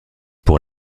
pour